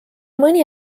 mõni